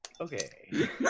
Okay